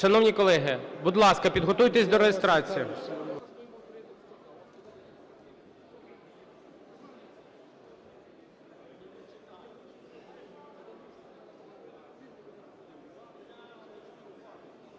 Шановні колеги, будь ласка, підготуйтесь до голосування.